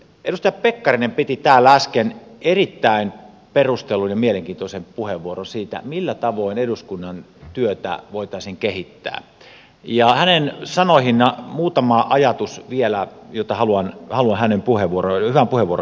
edustaja pekkarinen piti täällä äsken erittäin perustellun ja mielenkiintoisen puheenvuoron siitä millä tavoin eduskunnan työtä voitaisiin kehittää ja hänen sanoihinsa vielä muutama ajatus joita haluan hänen hyvään puheenvuoroonsa jatkaa